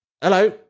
hello